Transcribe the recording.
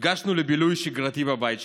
נפגשנו לבילוי שגרתי בבית שלי.